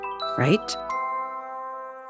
right